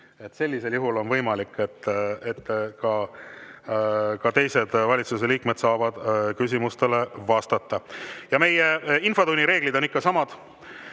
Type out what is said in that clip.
sellisel juhul on võimalik, et ka teised valitsuse liikmed saavad küsimustele vastata. Meie infotunni reeglid on ikka samad.